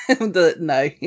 no